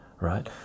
right